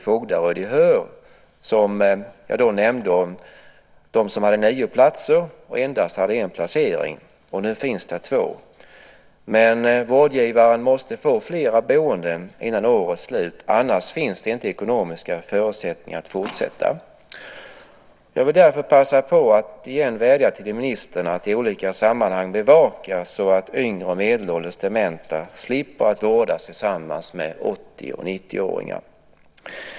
Jag nämnde ett fall där man hade nio platser men endast en placering. Nu finns det två där. Men vårdgivaren måste få flera boende före årets slut. Annars finns inte ekonomiska förutsättningar att fortsätta. Jag vill därför passa på att återigen vädja till ministern att i olika sammanhang bevaka att yngre och medelålders dementa slipper att vårdas tillsammans med 80 och 90-åringar.